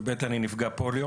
ואני נפגע פוליו